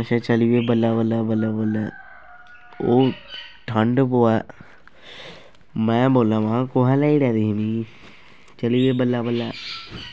अच्छा चली पे बल्लें बल्लें बल्लें बल्लें ओह् ठंड पवै में बोलां महां कु'त्थें लेई ओड़ेआ मिगी चली पे बल्लें बल्लें